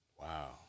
Wow